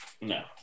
No